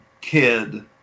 kid